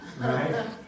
Right